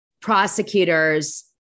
prosecutors